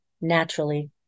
naturally